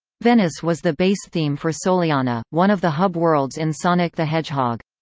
venice was the base theme for soleanna, one of the hub worlds in sonic the hedgehog.